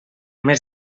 més